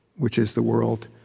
which is the world.